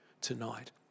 tonight